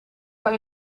kan